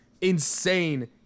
insane